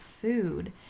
food